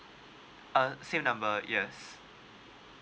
uh same number yes